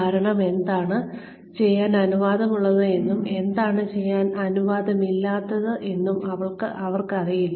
കാരണം എന്താണ് ചെയ്യാൻ അനുവാദമുള്ളത് എന്നും എന്താണ് ചെയ്യാൻ അനുവദമില്ലാത്തത് എന്നും അവർക്കറിയില്ല